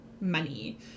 money